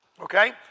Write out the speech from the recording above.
Okay